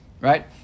right